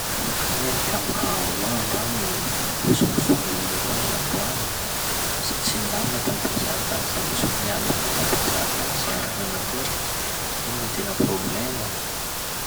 Karaha iha ny kamokamo zagny androany, sorisorena zao iha n'androany, sa tsy nilamina tam-piasà tagny, sa nisy olo nialy avao tam-piasà tagny sa nanakôry? Ino le tena prôblemo?